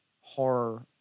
horror